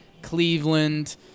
Cleveland